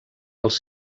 els